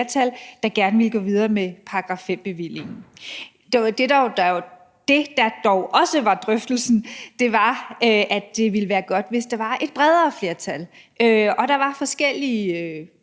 Teater, gerne ville gå videre med § 5-bevillingen. Det, der dog også var drøftelsen, var, at det ville være godt, hvis der var et bredere flertal. Der var forskellige